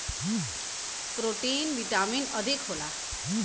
protein vitamin अधिक होला